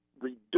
reduce